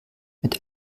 mit